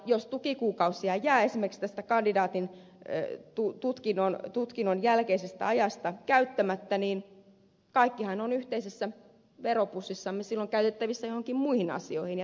jos tukikuukausia jää esimerkiksi kandidaatin tutkinnon jälkeisestä ajasta käyttämättä kaikkihan on yhteisessä veropussissa silloin käytettävissä joihinkin muihin asioihin ja tämä hyvä